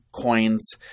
Coins